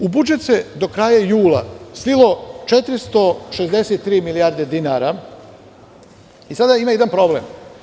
U budžet se do kraja jula slilo 463 milijarde dinara, i sada ima jedan problem.